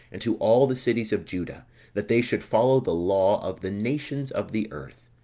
and to all the cities of juda that they should follow the law of the nations of the earth.